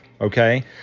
Okay